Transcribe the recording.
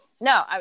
No